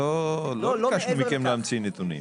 לא ביקשנו מכם להמציא נתונים,